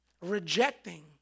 rejecting